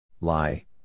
Lie